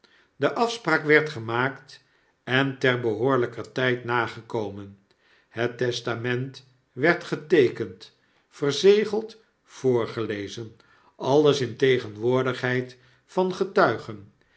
de afspraak werd gemaakt en ter behoorlyker tyd nagekomen het testament werd geteekend verzegeld voorgelezen alles in tegenwoordigheid van getuigen